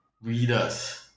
readers